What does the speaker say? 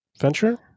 venture